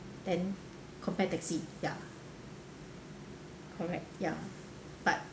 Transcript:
then compare taxi ya correct ya but